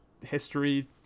history